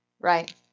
right